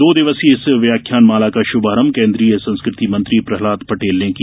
दो दिवसीय इस व्याख्यानमाला का शुभारंभ केन्द्रीय संस्कृति मंत्री प्रहलाद पटेल ने किया